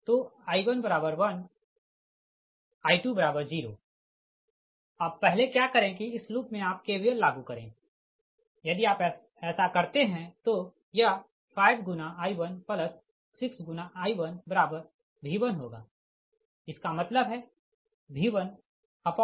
तो I11 I20 आप पहले क्या करे कि इस लूप मे आप KVL लागू करें यदि आप ऐसा करते है तो यह 5×I16×I1V1 होगा इसका मतलब है V1I111Z11